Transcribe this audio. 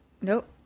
nope